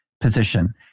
position